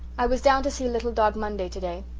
i was down to see little dog monday today.